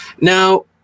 Now